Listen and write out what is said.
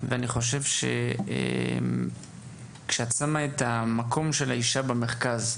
ואני חושב כשאת שמה את המקום של האישה במרכז,